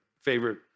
favorite